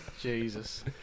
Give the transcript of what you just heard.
Jesus